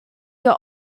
your